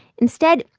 instead,